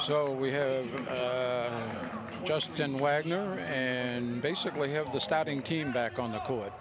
so we have just ten wagner and basically have the starting team back on the court